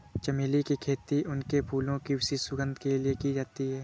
चमेली की खेती उनके फूलों की विशिष्ट सुगंध के लिए की जाती है